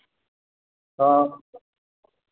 ᱛᱚ